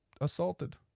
assaulted